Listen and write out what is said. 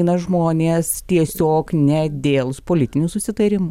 na žmonės tiesiog ne dėl politinių susitarimų